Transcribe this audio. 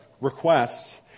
Requests